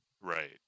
Right